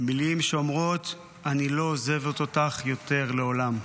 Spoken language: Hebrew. מילים שאומרות: אני לא עוזבת אותך יותר לעולם.